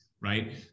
right